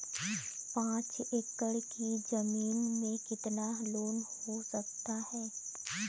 पाँच एकड़ की ज़मीन में कितना लोन हो सकता है?